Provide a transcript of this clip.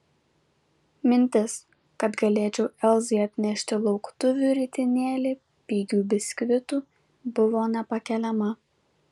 mintis kad galėčiau elzai atnešti lauktuvių ritinėlį pigių biskvitų buvo nepakeliama